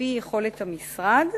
על-פי יכולת המשרד.